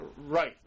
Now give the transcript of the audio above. Right